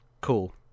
Cool